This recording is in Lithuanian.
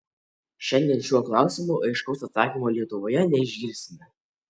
šiandien šiuo klausimu aiškaus atsakymo lietuvoje neišgirsime